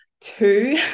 Two